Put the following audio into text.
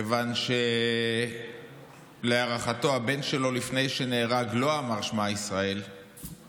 כיוון שלהערכתו הבן שלו לא אמר שמע ישראל לפני שנהרג,